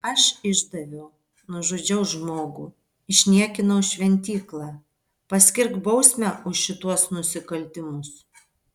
aš išdaviau nužudžiau žmogų išniekinau šventyklą paskirk bausmę už šituos nusikaltimus